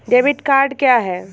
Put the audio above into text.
Debit card क्या है?